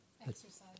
Exercise